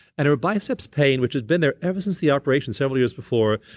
and her biceps pain, which had been there ever since the operation several years before,